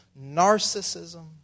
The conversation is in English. narcissism